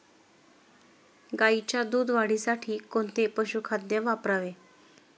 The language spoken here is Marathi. गाईच्या दूध वाढीसाठी कोणते पशुखाद्य वापरावे?